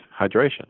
hydration